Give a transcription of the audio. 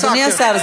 אדוני השר,